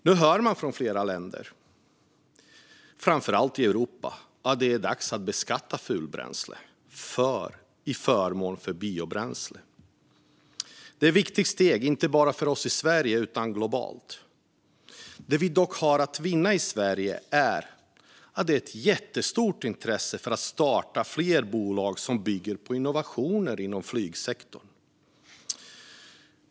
Nu hör man från flera länder, framför allt i Europa, att det är dags att beskatta fulbränsle till förmån för biobränsle. Detta är viktiga steg, inte bara för oss i Sverige utan också globalt. I Sverige har vi mycket att vinna på det jättestora intresse som finns för att starta fler bolag som bygger på innovationer inom flygsektorn.